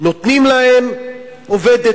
נותנים להם עובדת,